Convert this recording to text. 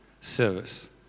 service